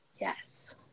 Yes